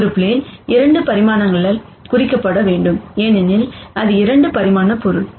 ஒரு ப்ளேன் 2 பரிமாணங்களால் குறிக்கப்பட வேண்டும் ஏனெனில் அது 2 பரிமாண பொருள்